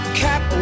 cap